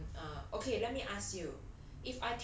so um err okay let me ask you